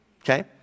okay